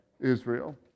Israel